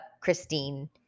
Christine